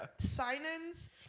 sign-ins